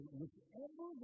whichever